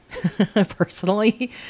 personally